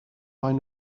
maen